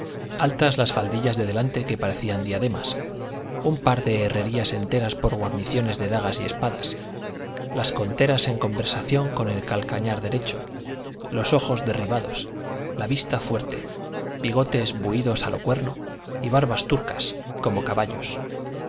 altas las faldillas de delante que parecían diademas un par de herrerías enteras por guarniciones de dagas y espadas las conteras en conversación con el calcañar derecho los ojos derribados la vista fuerte bigotes buidos a lo cuerno y barbas turcas como caballos